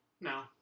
No